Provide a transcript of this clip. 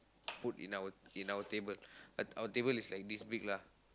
put in our in our table uh our table is like this big lah